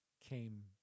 came